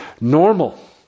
normal